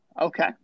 Okay